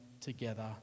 together